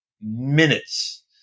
minutes